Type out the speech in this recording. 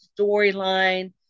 storyline